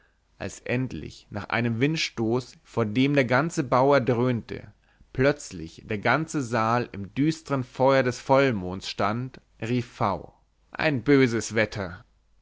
als endlich nach einem windstoß vor dem der ganze bau erdröhnte plötzlich der ganze saal im düstern feuer des vollmonds stand rief v ein böses wetter